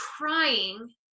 crying